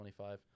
25